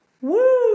Woo